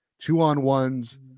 Two-on-ones